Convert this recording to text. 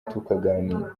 tukaganira